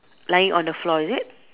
lying on the floor is it